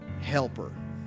helper